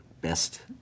best